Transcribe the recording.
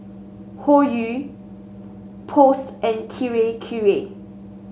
Hoyu Post and Kirei Kirei